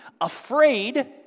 afraid